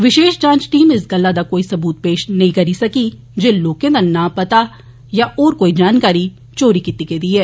विशेष जांच टीम इस गल्लै दा कोई सबूत पेश नेंई करी सकी जे लोकें दा नां पता या होर कोई जानकारी चोरी कीती गेई ऐ